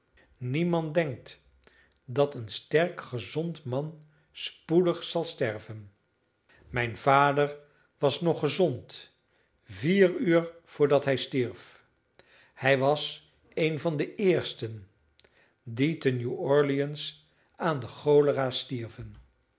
niemand denkt dat een sterk gezond man spoedig zal sterven mijn vader was nog gezond vier uur voordat hij stierf hij was een van de eersten die te new-orleans aan de cholera stierven